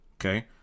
okay